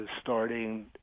starting